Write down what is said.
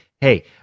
Hey